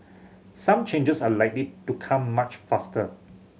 some changes are likely to come much faster